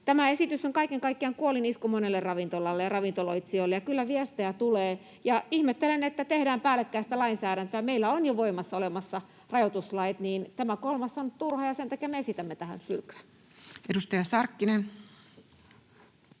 Tämä esitys on kaiken kaikkiaan kuolinisku monelle ravintolalle ja ravintoloitsijoille, ja kyllä viestejä tulee. Ihmettelen, että tehdään päällekkäistä lainsäädäntöä. Meillä on jo voimassa olemassa rajoituslait, joten tämä kolmas on turha, ja sen takia me esitämme tähän hylkyä. [Speech